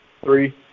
Three